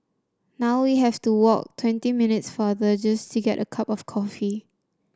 now we have to walk twenty minutes farther just to get a cup of coffee